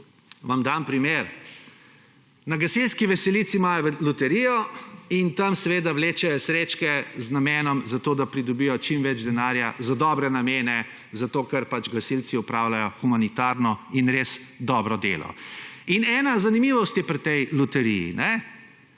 Vam dam primer. Na gasilski veselici imajo loterijo in tam seveda vlečejo srečke z namenom, zato da pridobijo čim več denarja za dobre namene, zato ker pač gasilci opravljajo humanitarno in res dobro delo. In ena zanimivost je pri tej loteriji,